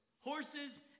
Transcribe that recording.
Horses